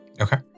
Okay